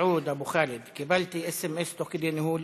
מסעוד אבו ח'אלד, קיבלתי סמ"ס תוך כדי ניהול,